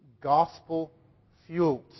Gospel-fueled